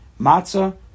matzah